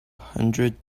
hundred